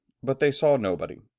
but they saw nobody,